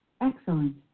Excellent